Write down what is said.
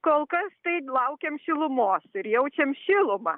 kol kas tai laukiam šilumos ir jaučiam šilumą